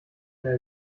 mehr